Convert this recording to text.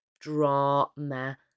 Drama